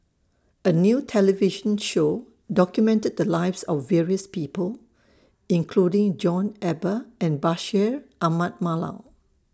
A New television Show documented The Lives of various People including John Eber and Bashir Ahmad Mallal